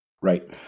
Right